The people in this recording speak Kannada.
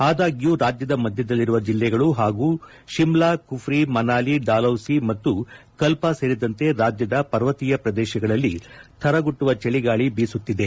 ಆದಾಗ್ನೂ ರಾಜ್ಯದ ಮಧ್ಯದಲ್ಲಿರುವ ಜಿಲ್ಲೆಗಳು ಹಾಗೂ ಶಿಮ್ಲಾ ಕುಫ್ರಿ ಮನಾಲಿ ಡಾಲ್ಹೌಸಿ ಮತ್ತು ಕಲ್ಪ ಸೇರಿದಂತೆ ರಾಜ್ಯದ ಪರ್ವತೀಯ ಪ್ರದೇಶಗಳಲ್ಲಿ ಥರಗುಟ್ಟುವ ಚಳಿಗಾಳಿ ಬೀಸುತ್ತಿದೆ